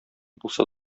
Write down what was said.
булса